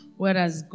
whereas